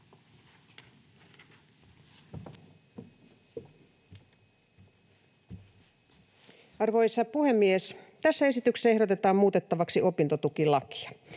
Arvoisa puhemies! Tässä esityksessä ehdotetaan muutettavaksi opintotukilakia.